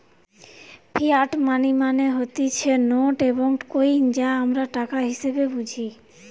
fiat money মানে হতিছে note এবং কইন যা আমরা টাকা হিসেবে বুঝি